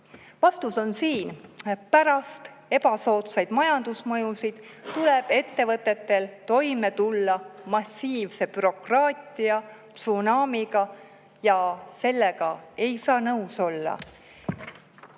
Vastus on siin: pärast ebasoodsaid majandusmõjusid tuleb ettevõtetel toime tulla massiivse bürokraatia tsunaamiga ja sellega ei saa nõus olla.